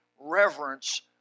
reverence